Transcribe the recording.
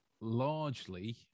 largely